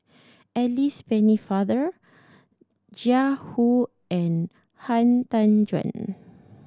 Alice Pennefather Jiang Hu and Han Tan Juan